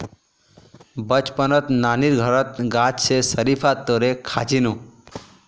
बचपनत नानीर घरत गाछ स शरीफा तोड़े खा छिनु